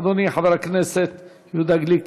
אדוני חבר הכנסת יהודה גליק,